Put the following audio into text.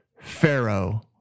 Pharaoh